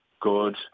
good